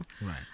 Right